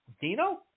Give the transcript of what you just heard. Dino